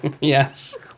Yes